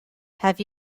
have